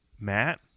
Matt